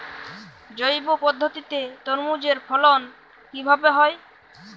জৈব পদ্ধতিতে তরমুজের ফলন কিভাবে হয়?